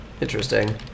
Interesting